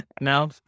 now